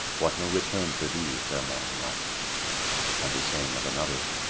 what! no return for thee, fair morning light and the saying of another,